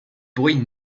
boy